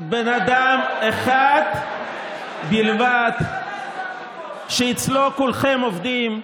שבן אדם אחד בלבד, שאצלו כולכם עובדים,